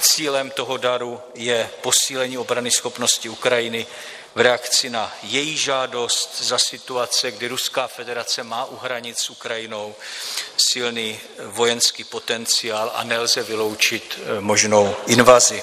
Cílem toho daru je posílení obranyschopnosti Ukrajiny v reakci na její žádost za situace, kdy Ruská federace má u hranic s Ukrajinou silný vojenský potenciál a nelze vyloučit možnou invazi.